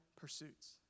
pursuits